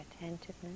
attentiveness